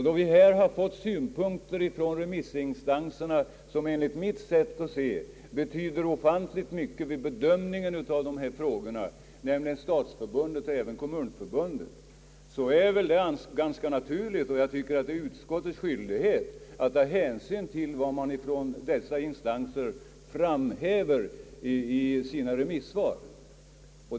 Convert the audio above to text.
Då vi har fått synpunkter från ett par remissinstanser, som enligt mitt sätt att se bör tillmätas stort värde när det gäller att bedöma dessa frågor, nämligen från Svenska stadsförbundet och Svenska kommunförbundet, är det väl ganska naturligt, och jag tycker också att det bör vara utskottets skyldighet, att ta hänsyn till vad dessa instanser framhäver i sina remissvar.